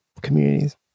communities